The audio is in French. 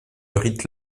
rite